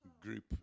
group